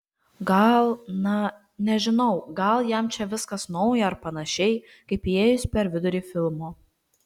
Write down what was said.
gal na nežinau gal jam čia viskas nauja ar panašiai kaip įėjus per vidurį filmo